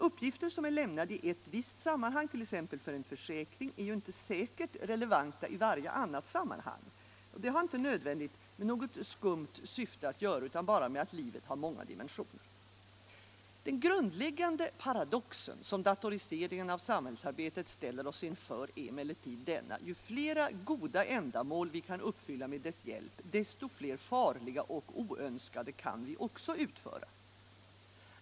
Uppgifter som är lämnade i ett visst sammanhang, t.ex. för en försäkring, är inte säkert relevanta i varje annat sammanhang. Detta har inte nödvändigt att göra med något skumt syfte utan bara med att livet har många dimensioner. Den grundläggande paradox som datoriseringen av samhällsarbetet ställer oss inför är emellertid denna: ju fler goda ändamål vi kan uppfylla med dess hjälp, desto fler farliga och oönskade kan vi också uppfylla.